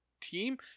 team